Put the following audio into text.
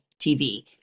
TV